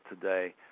today